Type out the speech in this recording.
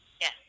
Yes